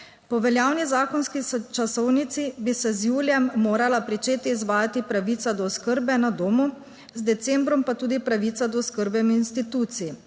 Po veljavni zakonski časovnici bi se z julijem morala pričeti izvajati pravica do oskrbe na domu, z decembrom pa tudi pravica do oskrbe v instituciji,